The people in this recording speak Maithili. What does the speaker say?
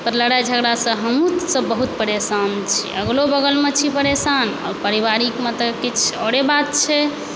पर लड़ाइ झगड़ा से हमहुँ सब बहुत परेशान छी अगलो बगलमे छी परेशान आओर परिवारिक मत किछु औरे बात छै